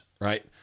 right